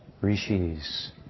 rishis